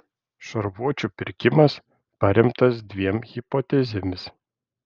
šarvuočių pirkimas paremtas dviem hipotezėmis